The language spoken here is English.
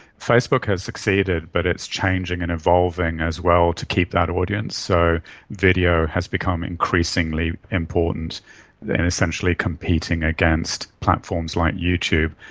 facebook has succeeded but it's changing and evolving as well to keep that audience, so video has become increasingly important in essentially competing against platforms like you tube.